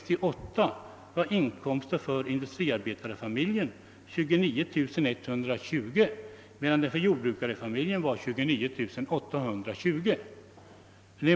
år 1968 var industriarbetarfamiljens inkomst 29120 kronor, medan jordbrukarfamiljens inkomst var 29 820 kronor.